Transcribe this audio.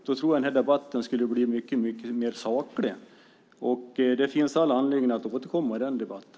Då tror jag att debatten skulle bli mer saklig. Det finns all anledning att återkomma till den debatten.